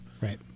right